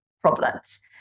problems